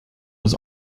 was